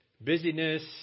busyness